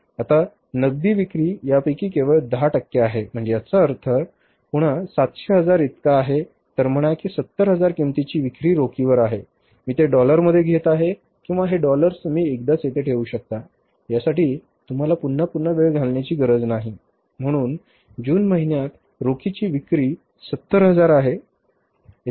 आता नगदी विक्री यापैकी केवळ 10 टक्के आहे म्हणजे याचा अर्थ पुन्हा 700 हजार इतका आहे तर म्हणा की 70 हजार किमतीची विक्री रोखीवर आहे मी ते डॉलरमध्ये घेत आहे किंवा हे डॉलर्स तुम्ही एकदाच येथे ठेवू शकता यासाठी तुम्हाला पुन्हा पुन्हा वेळ घालण्याची गरज नाही म्हणून जून महिन्यात रोखीची विक्री 70 हजार आहे